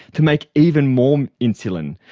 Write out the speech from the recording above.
to make even more insulin.